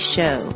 Show